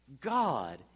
God